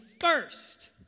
first